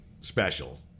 special